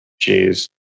Jeez